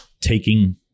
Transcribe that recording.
taking